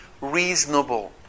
reasonable